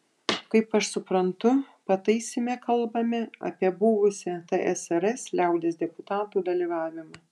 kaip aš suprantu pataisyme kalbame apie buvusių tsrs liaudies deputatų dalyvavimą